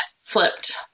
flipped